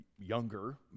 younger